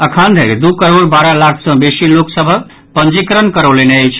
अखन धरि दू करोड़ बारह लाख सँ बेसी लोक सभ पंजीकरण करैलनि अछि